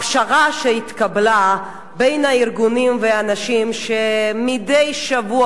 הפשרה שהתקבלה בין הארגונים והאנשים שמדי שבוע,